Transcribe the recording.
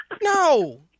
No